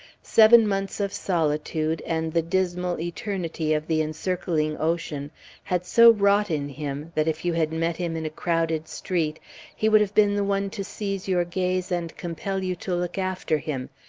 seven months of solitude and the dismal eternity of the encircling ocean had so wrought in him that if you had met him in a crowded street he would have been the one to seize your gaze and compel you to look after him,